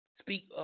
Speak